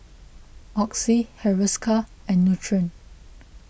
Oxy Hiruscar and Nutren